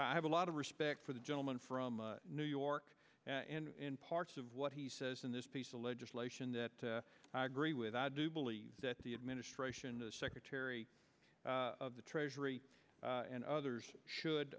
i have a lot of respect for the gentleman from new york and parts of what he says in this piece of legislation that i agree with i do believe that the administration the secretary of the treasury and others should